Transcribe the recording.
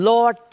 Lord